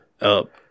up